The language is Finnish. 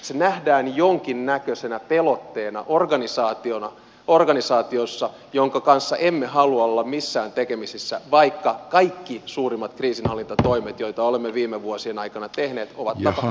se nähdään jonkinnäköisenä pelotteena organisaationa jonka kanssa emme halua olla missään tekemisissä vaikka kaikki suurimmat kriisinhallintatoimet joita olemme viime vuosien aikana tehneet ovat tapahtuneet natossa